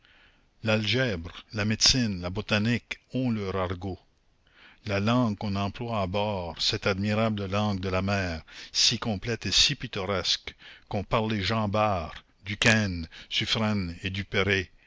l'algèbre la médecine la botanique ont leur argot la langue qu'on emploie à bord cette admirable langue de la mer si complète et si pittoresque qu'ont parlée jean bart duquesne suffren et duperré